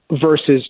Versus